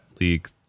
League